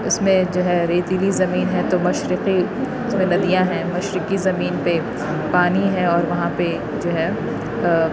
اس میں جو ہے ریتیلی زمین ہے تو مشرقی اس میں ندیاں ہیں مشرقی زمین پہ پانی ہے اور وہاں پہ جو ہے